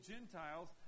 Gentiles